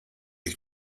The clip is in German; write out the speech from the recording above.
ich